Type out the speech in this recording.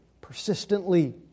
persistently